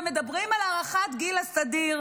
ומדברים על הארכת גיל הסדיר.